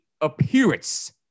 appearance